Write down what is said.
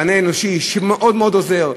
מענה אנושי שהוא מאוד מאוד עוזר,